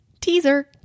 teaser